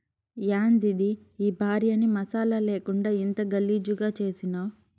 యాందిది ఈ భార్యని మసాలా లేకుండా ఇంత గలీజుగా చేసినావ్